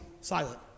silent